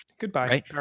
Goodbye